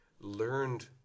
learned